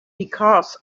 because